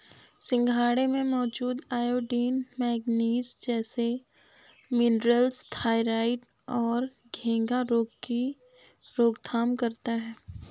सिंघाड़े में मौजूद आयोडीन, मैग्नीज जैसे मिनरल्स थायरॉइड और घेंघा रोग की रोकथाम करता है